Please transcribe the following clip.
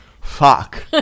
Fuck